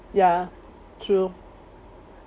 ya true